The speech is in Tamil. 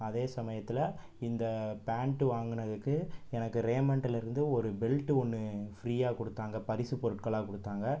அதே சமயத்தில் இந்த பேண்ட்டு வாங்கினதுக்கு எனக்கு ரேமன்ட்டுலேந்து ஒரு பெல்ட்டு ஒன்று ஃப்ரீயாக கொடுத்தாங்க பரிசுப்பொருட்கள்ளா கொடுத்தாங்க